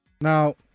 Now